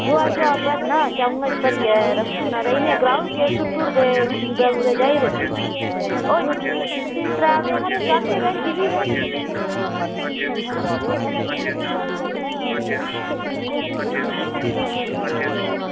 गोहा भरियै रक्खना ते इनेंगी गलाई ओड़गे कि सुट्टदे कुदै खुंबै र जाई ते त्रैऽ बजे हारे जाह्गे भी भैन जी तां